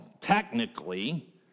technically